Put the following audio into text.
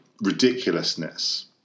ridiculousness